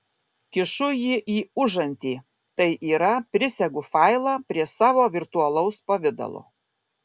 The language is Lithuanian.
kišu jį į užantį tai yra prisegu failą prie savo virtualaus pavidalo